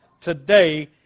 today